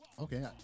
Okay